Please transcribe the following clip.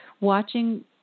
Watching